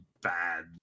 bad